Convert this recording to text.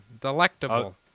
Delectable